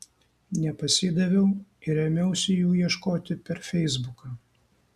nepasidaviau ir ėmiausi jų ieškoti per feisbuką